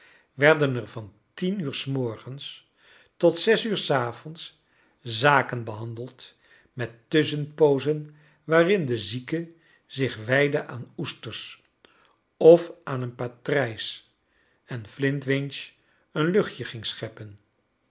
werden er van tien uur s morgens tot zes uur s avonds zaken behandeld met tusschenpoozen waarin de zieke zich wijdde aan oesters of aan een patrijs en flintwinch een luchtje ging scheppen